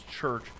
church